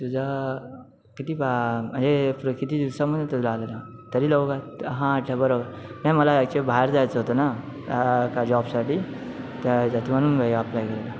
तुझा किती पा म्हणजे किती दिवसामधे तुझा आलेला तरी लवकर हां अच्छा बरोबर नाही मला ॲक्चुअली बाहेर जायचं होतं ना का जॉबसाठी त्या जातीमधून अप्लाय केलेला